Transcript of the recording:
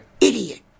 idiot